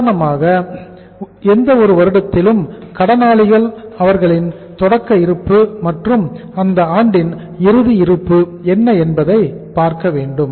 உதாரணமாக எந்த ஒரு வருடத்திலும் கடனாளிகள் அவர்களின் தொடக்க இருப்பு மற்றும் அந்த ஆண்டின் இறுதி இருப்பு என்ன என்பதை பார்க்க வேண்டும்